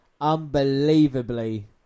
unbelievably